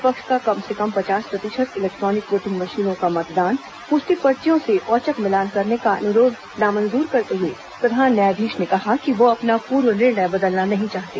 विपक्ष का कम से कम पचास प्रतिशत इलैक्ट्रॉनिक वोटिंग मशीनों का मतदान पुष्टि पर्चियों से औचक मिलान करने का अनुरोध नामंजूर करते हुए प्रधान न्यायाधीश ने कहा कि वह अपना पूर्व निर्णय बदलना नहीं चाहते